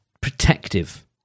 protective